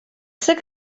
zer